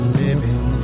living